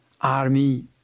army